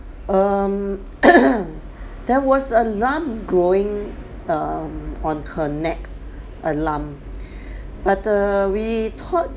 um there was a lump growing err on her neck a lump but err we thought